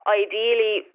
ideally